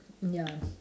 ya